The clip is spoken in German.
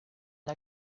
der